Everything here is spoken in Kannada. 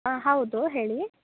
ಆಂ ಹೌದು ಹೇಳಿ